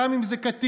גם אם זה קטין,